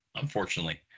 Unfortunately